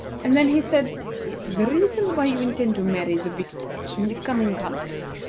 and then he said the reason why you intend to marry the victor in the coming contest,